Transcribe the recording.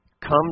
Come